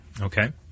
okay